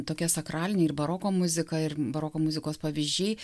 tokia sakralinė ir baroko muzika ir baroko muzikos pavyzdžiai